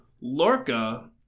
Lorca